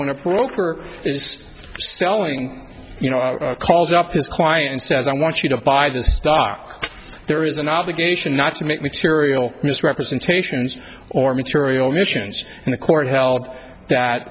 when appropriate is selling you know calls up his client and says i want you to buy this stock there is an obligation not to make material misrepresentations or material missions and the court held that